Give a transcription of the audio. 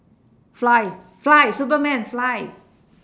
fly fly superman fly